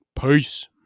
Peace